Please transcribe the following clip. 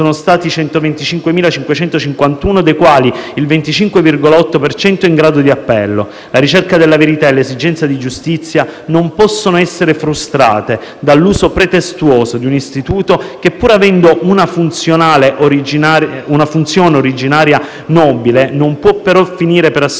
sono stati 125.550, dei quali il 25,8 per cento in grado di appello. La ricerca della verità e l'esigenza di giustizia non possono essere frustrate dall'uso pretestuoso di un istituto che, pur avendo una funzione originaria nobile, non può però finire per assicurare